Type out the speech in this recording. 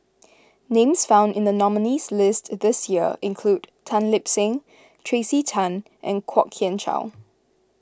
names found in the nominees' list this year include Tan Lip Seng Tracey Tan and Kwok Kian Chow